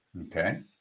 Okay